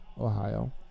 Ohio